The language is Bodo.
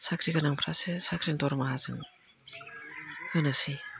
साख्रि गोनांफ्रासो साख्रिनि दरमाहाजों होनोसै